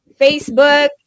Facebook